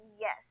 Yes